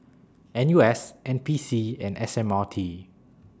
N U S N P C and S M R T